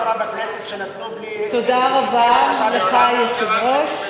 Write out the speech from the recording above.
מעולם לא קרה בכנסת שנתנו בלי שהגישו בקשה בכתב.